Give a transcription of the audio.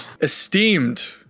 esteemed